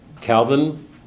Calvin